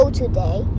today